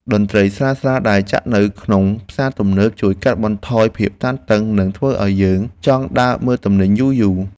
តន្ត្រីស្រាលៗដែលចាក់នៅក្នុងផ្សារទំនើបជួយកាត់បន្ថយភាពតានតឹងនិងធ្វើឱ្យយើងចង់ដើរមើលទំនិញយូរៗ។